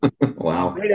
Wow